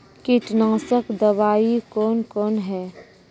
कीटनासक दवाई कौन कौन हैं?